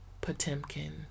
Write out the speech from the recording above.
Potemkin